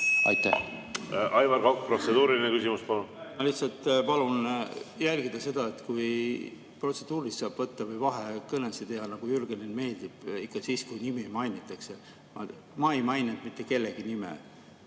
Palun! Aivar Kokk, protseduuriline küsimus. Palun! Lihtsalt palun jälgida seda, et protseduurilist saab võtta või vahekõnesid teha, nagu Jürgenile meeldib, ikka siis, kui nime mainitakse. Ma ei maininud mitte kellegi nime.